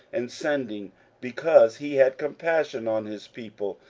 and sending because he had compassion on his people,